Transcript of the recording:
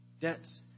Debts